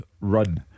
run